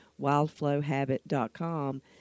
wildflowhabit.com